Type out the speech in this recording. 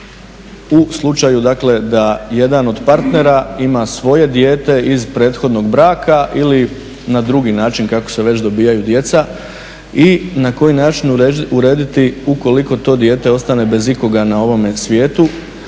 u slučaju, dakle da jedan od partnera ima svoje dijete iz prethodnog braka ili na drugi način kako se već dobijaju djeca i na koji način urediti ukoliko to dijete ostane bez ikoga na ovome svijetu.